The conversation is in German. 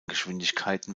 geschwindigkeiten